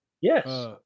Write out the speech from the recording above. Yes